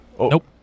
Nope